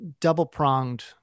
double-pronged